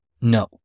No